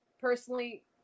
personally